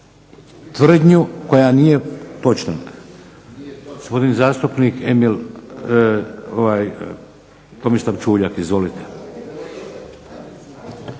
tvrdnju koja nije točna.